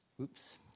Oops